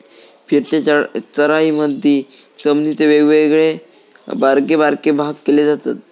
फिरत्या चराईमधी जमिनीचे वेगवेगळे बारके बारके भाग केले जातत